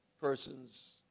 persons